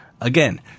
Again